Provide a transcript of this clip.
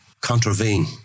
contravene